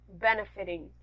benefiting